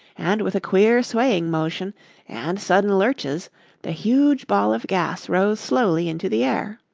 and with a queer, swaying motion and sudden lurches the huge ball of gas rose slowly into the air.